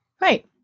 Right